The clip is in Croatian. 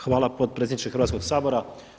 Hvala potpredsjedniče Hrvatskoga sabora.